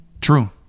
true